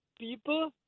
people